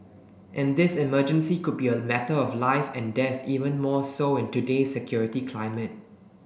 and this emergency could be a matter of life and death even more so in today's security climate